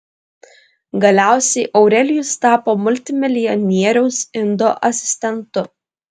galiausiai aurelijus tapo multimilijonieriaus indo asistentu